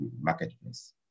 marketplace